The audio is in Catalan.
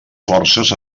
forces